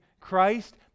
Christ